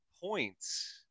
points